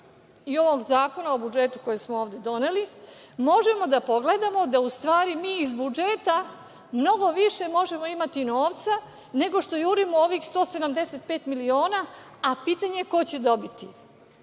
i ovog Zakona o budžetu koji smo ovde doneli, možemo da pogledamo da u stvari mi iz budžeta mnogo više možemo imati novca nego što jurimo ovih 175 miliona, a pitanje je ko će dobiti. Kada